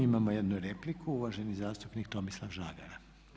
Imamo jednu repliku, uvaženi zastupnik Tomislav Žagar.